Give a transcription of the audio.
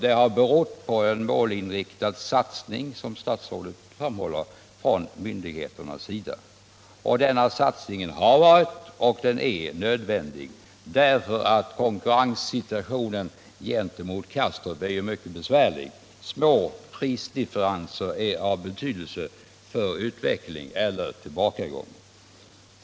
Den har, som statsrådet framhållit i svaret, berott på en målinriktad satsning från myndigheternas sida. Denna satsning har varit och är nödvändig. Konkurrensen med Kastrup är mycket besvärlig. Små prisdifferenser kan betyda utveckling eller tillbakagång.